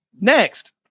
next